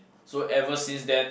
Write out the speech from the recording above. so ever since then